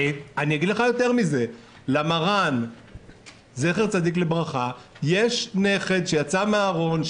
אגיד לך יותר מזה: למר"ן זצ"ל יש נכד שיצא מן הארון,